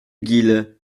guil